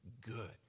good